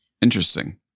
Interesting